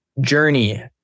journey